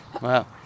Wow